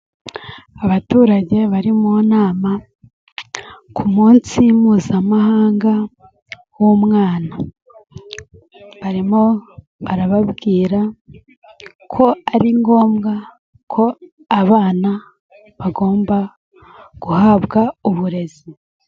Abaturage bari mu nama ku munsi mpuzamahanga w'umwana. Barimo barababwira ko ari ngombwa ko abana bagomba guhabwa uburezi.